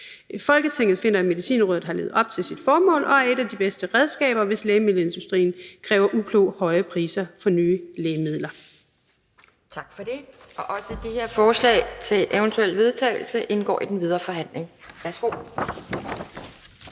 Folketinget finder, at Medicinrådet har levet op til sit formål og er et af de bedste redskaber, hvis lægemiddelindustrien kræver ublu høje priser for nye lægemidler.«